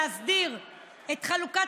להסדיר את חלוקת